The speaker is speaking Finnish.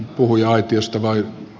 puhuja aitiosta vai